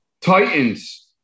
Titans